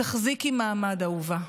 תחזיקי מעמד, אהובה.